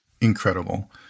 Incredible